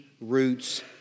roots